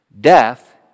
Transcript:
Death